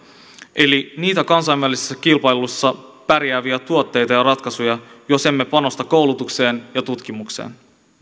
eli niitä kansainvälisessä kilpailussa pärjääviä tuotteita ja ratkaisuja jos emme panosta koulutukseen ja tutkimukseen